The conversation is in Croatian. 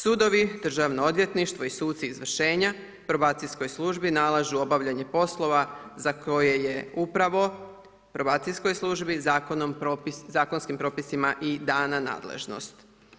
Sudovi, Državno odvjetništvo i suci izvršenja probacijskoj službi nalažu obavljanje poslova za koje je upravo probacijskoj službi zakonskim propisima i dana nadležnost.